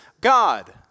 God